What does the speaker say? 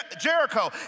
Jericho